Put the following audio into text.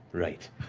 right.